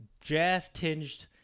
jazz-tinged